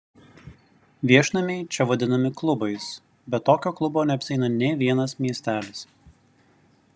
viešnamiai čia vadinami klubais be tokio klubo neapsieina nė vienas miestelis